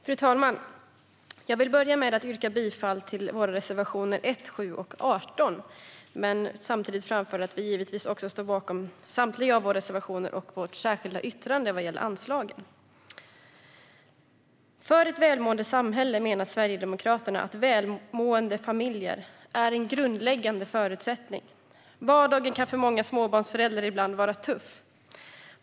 Fru talman! Jag vill börja med att yrka bifall till våra reservationer 1, 7 och 18. Samtidigt står vi givetvis bakom samtliga av våra reservationer och vårt särskilda yttrande när det gäller anslaget. För ett välmående samhälle menar Sverigedemokraterna att välmående familjer är en grundläggande förutsättning. Vardagen kan för många småbarnsföräldrar ibland vara tuff.